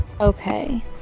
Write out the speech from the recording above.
Okay